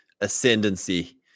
ascendancy